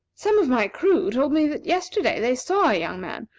some of my crew told me that yesterday they saw a young man,